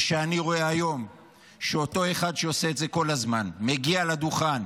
כשאני רואה היום שאותו אחד שעושה את זה כל הזמן מגיע לדוכן,